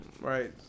Right